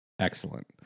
excellent